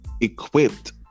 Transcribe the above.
equipped